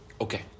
Okay